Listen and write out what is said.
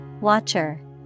Watcher